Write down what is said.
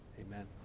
amen